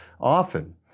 often